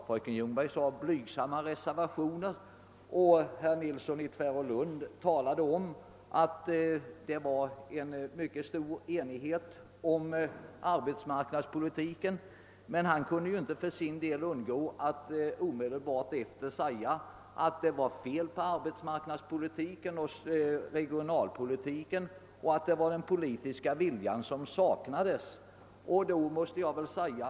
Fröken Ljungberg talade om blygsamma reservationer och herr Nilsson i Tvärålund framhöll, att det rådde mycket stor enighet om arbetsmarknadspolitiken, men för sin del kunde han inte underlåta att omedelbart efteråt tillägga, att det var fel på arbetsmarknadspolitiken och regionalpolitiken samt att den politiska viljan saknades hos socialdemokratin.